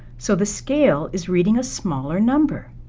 so the scale is reading a smaller number.